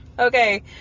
Okay